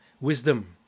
wisdom